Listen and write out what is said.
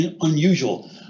unusual